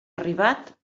arribat